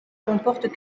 comporte